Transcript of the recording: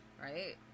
right